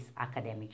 academic